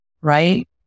right